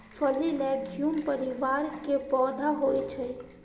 फली लैग्यूम परिवार के पौधा होइ छै